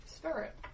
spirit